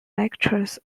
lectures